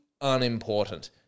unimportant